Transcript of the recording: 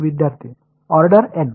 विद्यार्थी order N